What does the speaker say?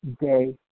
day